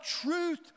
truth